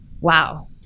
Wow